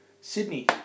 Sydney